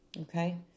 okay